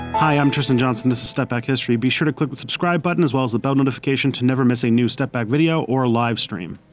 hi, i'm tristan johnson, and this is step back history. be sure to click the subscribe button as well as the bell notification to never miss a new step back video or live stream.